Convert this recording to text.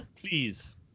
Please